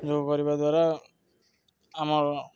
ଯୋଗ କରିବା ଦ୍ୱାରା ଆମର